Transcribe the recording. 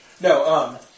No